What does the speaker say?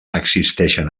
existeixen